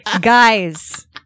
Guys